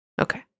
Okay